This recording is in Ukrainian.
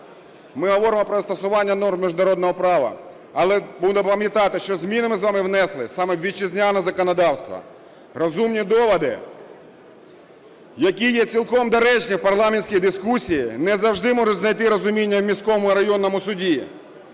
Ми говоримо про застосування норм міжнародного права, але будемо пам'ятати, що зміни ми з вами внесли саме у вітчизняне законодавство. Розумні доводи, які є цілком доречні в парламентській дискусії, не завжди можуть знайти розуміння в міському і районному суді,